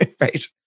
Right